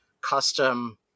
custom